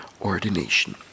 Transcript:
ordination